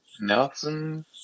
Nelson